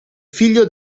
figlio